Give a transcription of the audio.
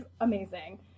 amazing